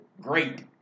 Great